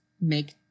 make